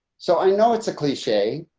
so i know it's a cliche,